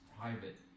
private